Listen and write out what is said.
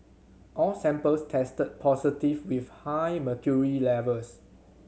all samples tested positive with high mercury levels